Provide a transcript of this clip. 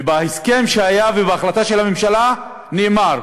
ובהסכם שהיה, ובהחלטה של הממשלה, נאמר: